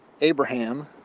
Abraham